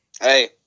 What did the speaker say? hey